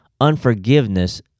unforgiveness